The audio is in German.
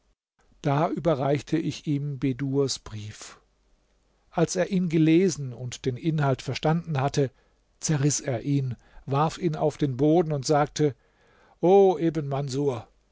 da überreichte ich im bedurs brief als er ihn gelesen und den inhalt verstanden hatte zerriß er ihn warf ihn auf den boden und sagte o ibn manßur